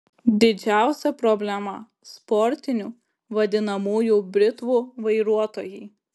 didžiausia problema sportinių vadinamųjų britvų vairuotojai